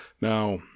now